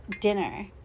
dinner